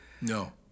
No